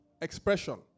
expression